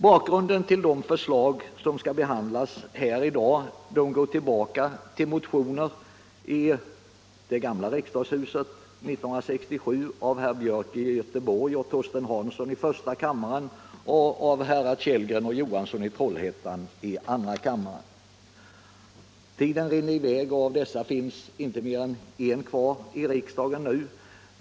Bakgrunden till de förslag som skall behandlas här i dag går tillbaka till motioner i det gamla riksdagshuset 1967 av herrar Björk i Göteborg och Torsten Hansson i första kammaren och av herrar Kellgren och Johansson i Trollhättan i andra kammaren. Tiden rinner i väg, och det finns inte mer än en av dessa ledamöter kvar i riksdagen nu.